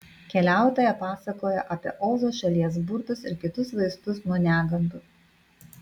keliautoja pasakojo apie ozo šalies burtus ir kitus vaistus nuo negandų